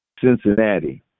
Cincinnati